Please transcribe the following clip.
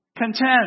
Content